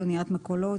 אניית מכולות.